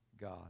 God